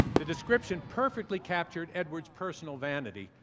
the description perfectly captured edwards' personal vanity.